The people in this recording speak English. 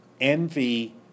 envy